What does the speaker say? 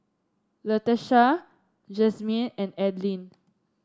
Latesha Jasmyn and Adline